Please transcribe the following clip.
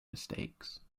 mistakes